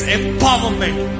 empowerment